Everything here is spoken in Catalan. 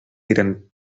eren